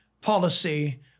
policy